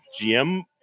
GM